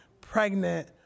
pregnant